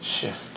shift